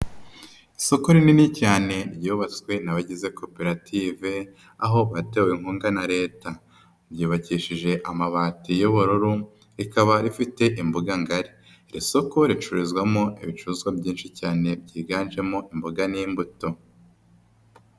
Isoko rinini cyane ryubatswe n'abagize koperative, aho batewe inkunga na leta. Ryubakishije amabati y'ubururu ,rikaba ifite imbuga ngari. Iri soko ricururizwamo ibicuruzwa byinshi cyane byiganjemo imboga n'imbuto.